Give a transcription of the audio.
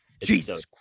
Jesus